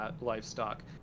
livestock